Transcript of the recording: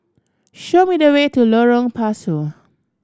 show me the way to Lorong Pasu